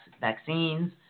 vaccines